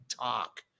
talk